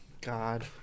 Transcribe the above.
God